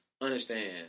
understand